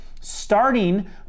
Starting